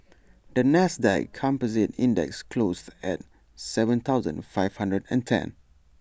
the Nasdaq composite index closed at Seven thousand five hundred and ten